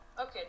okay